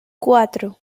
cuatro